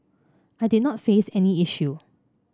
I did not face any issue